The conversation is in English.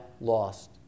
lost